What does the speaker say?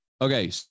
Okay